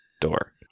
door